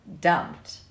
dumped